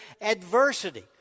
adversity